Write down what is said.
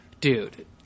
dude